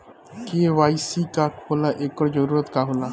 KYC का होला एकर जरूरत का होला?